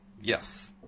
Yes